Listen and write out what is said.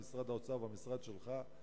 ממשרד האוצר ומהמשרד שלך,